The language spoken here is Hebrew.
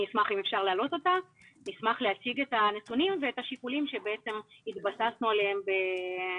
אני אשמח להציג את הנתונים ואת השיקולים שהתבססנו עליהם בחישוב.